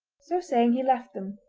so saying he left them,